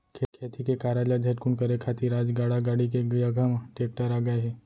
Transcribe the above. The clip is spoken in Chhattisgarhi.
खेती के कारज ल झटकुन करे खातिर आज गाड़ा गाड़ी के जघा म टेक्टर आ गए हे